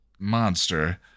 monster